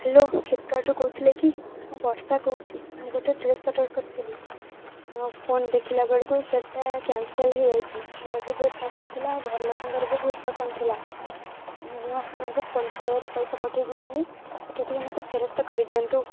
hello ଫ୍ଲିପକାର୍ଟରୁ କହୁଥିଲେ କି ମୁଁ ବର୍ଷା କହୁଛି ମୁଁ ଗୋଟେ ଡ୍ରେସ୍ ଅର୍ଡ଼ର କରିଥିଲି ହଁ ଫୋନ୍ ଦେଖିଲାବେଳକୁ ସେଇଟା କ୍ୟାନସଲ୍ ହେଇଯାଇଛି ମୋର ବି ବହୁତ ପସନ୍ଦ ଥିଲା ଆଉ ଘର ଲୋକଙ୍କର ବି ବହୁତ ପସନ୍ଦ ଥିଲା ମୁଁ ଆପଣଙ୍କୁ ଫୋନ୍ ପେରେ ପଇସା ପଠାଇଦେଇଥିଲି ସେଇଟା ଟିକେ ମୋତେ ଫେରସ୍ତ କରିଦିଅନ୍ତୁ